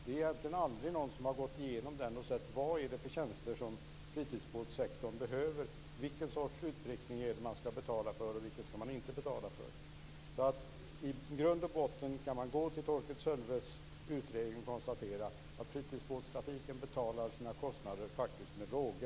Det är egentligen aldrig någon som har gått igenom den och sett vad det är för tjänster som fritidsbåtssektorn behöver och vilken sorts utryckning man skall betala för och vilken man inte skall betala för. I grund och botten kan man gå till Torkel Sölves utredning och konstatera att fritidsbåtstrafiken faktiskt betalar sina kostnader med råge.